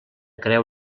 creu